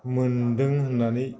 मोन्दों होननानै